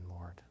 Lord